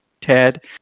Ted